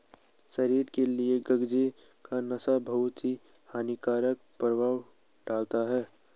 शरीर के लिए गांजे का नशा बहुत ही हानिकारक प्रभाव डालता है